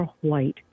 white